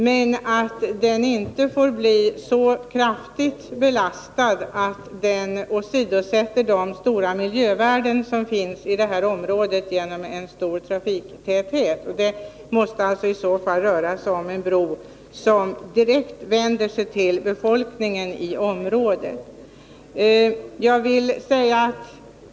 Men bron får inte bli så kraftigt belastad att man riskerar de stora miljövärden som finns i detta område genom en stor trafiktäthet. Det måste i så fall röra sig om en bro som är direkt avsedd för befolkningen i området.